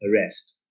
arrest